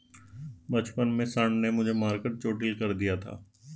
बचपन में सांड ने मुझे मारकर चोटील कर दिया था